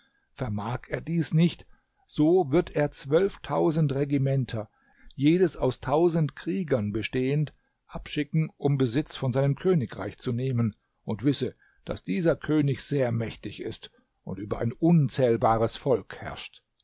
vermag er dies nicht so wird er zwölftausend regimenter jedes aus tausend kriegern bestehend abschicken um besitz von seinem königreich zu nehmen und wisse daß dieser könig sehr mächtig ist und über ein unzählbares volk herrscht